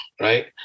Right